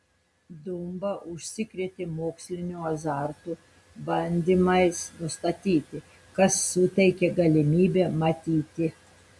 dumba užsikrėtė moksliniu azartu bandymais nustatyti kas suteikė galimybę matyti